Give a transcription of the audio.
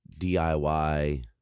DIY